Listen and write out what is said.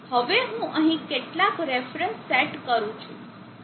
હવે હું અહીં કેટલાક રેફરન્સ સેટ કરું છું